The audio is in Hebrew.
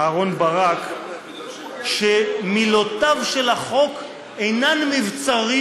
אהרן ברק ש"מילותיו של החוק אינן מבצרים,